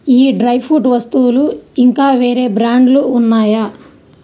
ఈ dry fruit వస్తువులు ఇంకా వేరే బ్రాండ్లో ఉన్నాయా